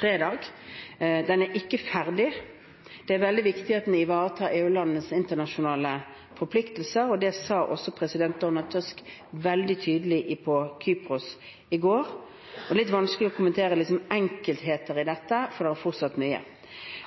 fredag. Den er ikke ferdig. Det er veldig viktig at den ivaretar EU-landenes internasjonale forpliktelser. Det sa også president Donald Tusk veldig tydelig på Kypros i går. Det er litt vanskelig å kommentere enkeltheter i dette, for det er fortsatt mye igjen.